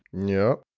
new